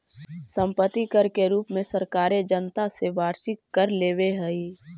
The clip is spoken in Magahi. सम्पत्ति कर के रूप में सरकारें जनता से वार्षिक कर लेवेऽ हई